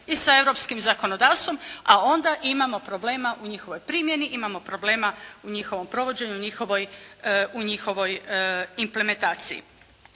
i sa europskim zakonodavstvom, a onda imamo problema u njihovoj primjeni, imamo problema u njihovom provođenju, njihovoj implementaciji.